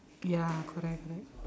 ya correct right